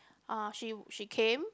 uh she she came